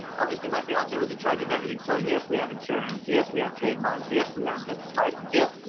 obviously my fiancee was in charge of everything. so, yes, we have insurance. yes, we have trademarks. yes, we have a business license. yes.